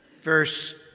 verse